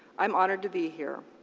i'm honored to be here.